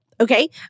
Okay